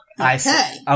Okay